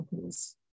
please